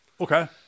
Okay